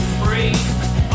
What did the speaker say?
free